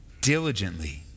Diligently